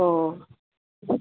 ஓ